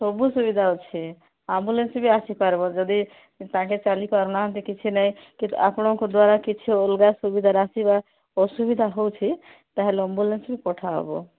ସବୁ ସୁବିଧା ଅଛି ଆମ୍ବୁଲାନ୍ସ୍ ବି ଆସିପାରବ ଯଦି ସେ ଚାଲିପାରୁ ନାହାନ୍ତି କିଛି ନାହିଁ କିନ୍ତୁ ଆପଣଙ୍କ ଦ୍ୱାରା କିଛି ଅଲଗା ସୁବିଧା ରାଶି ବା ଅସୁବିଧା ହେଉଛି ତାହେଲେ ଆମ୍ବୁଲାନ୍ସ୍ ବି ପଠାହବ